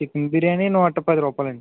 chicken biryani నూట పది రూపాయలండి